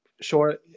Sure